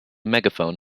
megaphone